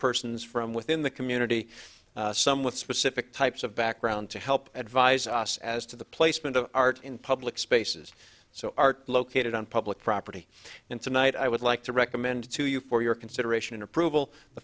persons from within the community some with specific types of background to help advise us as to the placement of art in public spaces so art located on public property and tonight i would like to recommend to you for your consideration an approval the